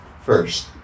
first